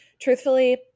truthfully